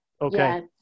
Okay